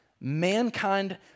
mankind